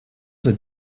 тут